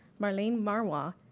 marlene marwah,